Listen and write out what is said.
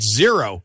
zero